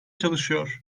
çalışıyor